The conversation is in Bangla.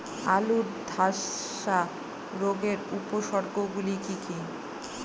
আলুর ধ্বসা রোগের উপসর্গগুলি কি কি?